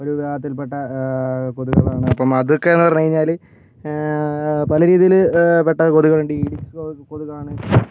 ഒരു ഗണത്തിൽ പെട്ട കൊതുകുകളാണ് അപ്പോൾ അതൊക്കെ എന്ന് പറഞ്ഞ് കഴിഞ്ഞാൽ പല രീതിയിൽ പെട്ട കൊതുകുകളുണ്ട് ഈഡിക്സ് കൊതുകാണ്